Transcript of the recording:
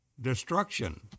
destruction